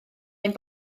ein